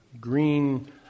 green